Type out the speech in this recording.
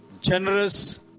generous